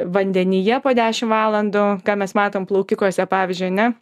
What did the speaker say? vandenyje po dešimt valandų ką mes matom plaukikuose pavyzdžiui ane